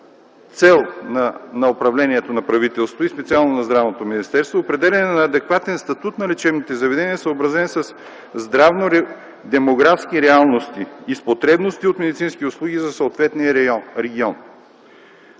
цел на управлението на правителството и специално на Министерството на здравеопазването – определяне на адекватен статут на лечебните заведения, съобразен със здравно-демографски реалности и потребности от медицински услуги за съответния регион.